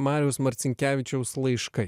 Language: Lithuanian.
mariaus marcinkevičiaus laiškai